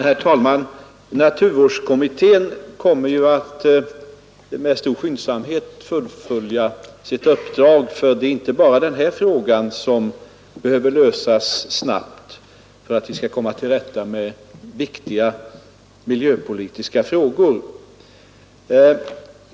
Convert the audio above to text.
Herr talman! Naturvårdskommittén kommer att med stor skyndsamhet fullfölja sitt uppdrag, eftersom det inte bara är denna fråga som behöver lösas snabbt för att vi skall komma till rätta med viktiga miljöpolitiska frågor.